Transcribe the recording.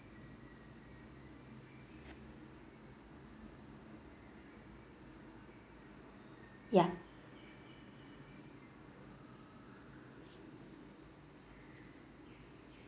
ya